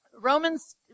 Romans